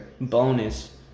bonus